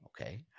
Okay